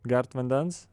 gert vandens